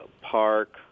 park